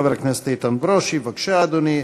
חבר הכנסת איתן ברושי, בבקשה, אדוני.